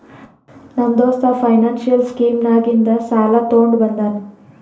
ನಮ್ಮ ದೋಸ್ತ financial scheme ನಾಗಿಂದೆ ಸಾಲ ತೊಂಡ ಬಂದಾನ್